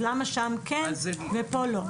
אז למה שם כן ופה לא?